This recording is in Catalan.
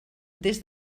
des